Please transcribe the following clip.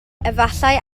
efallai